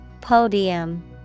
podium